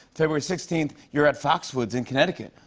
february sixteenth, you're at foxwoods in connecticut.